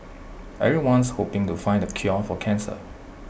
everyone's hoping to find the cure for cancer